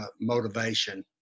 motivation